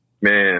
man